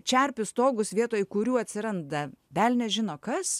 čerpių stogus vietoj kurių atsiranda velnias žino kas